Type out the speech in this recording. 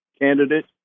candidate